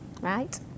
Right